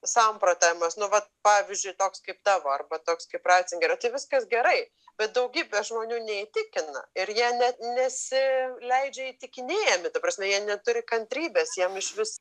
samprotavimas nu vat pavyzdžiui toks kaip tavo arba toks kaip racingerio viskas gerai bet daugybės žmonių neįtikiao ir jie net nesi leidžia įtikinėjami ta prasme jie neturi kantrybės jiem išvis